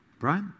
Right